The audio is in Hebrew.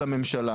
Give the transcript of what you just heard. האופוזיציה.